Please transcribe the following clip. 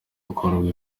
hakorwa